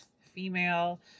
female